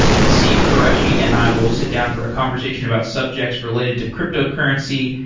haseeb qureshi and i will sit down for a conversation about subjects related to cryptocurrency,